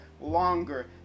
longer